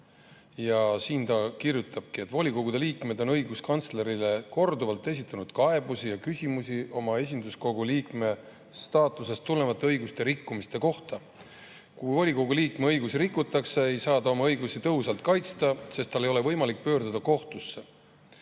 Ta kirjutab, et volikogude liikmed on õiguskantslerile korduvalt esitanud kaebusi ja küsimusi oma esinduskogu liikme staatusest tulenevate õiguste rikkumiste kohta. Kui volikogu liikme õigusi rikutakse, ei saa ta oma õigusi tõhusalt kaitsta, sest tal ei ole võimalik pöörduda kohtusse.